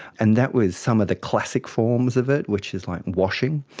and that was some of the classic forms of it, which is like washing.